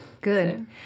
Good